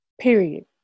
Period